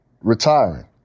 retiring